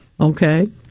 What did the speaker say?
okay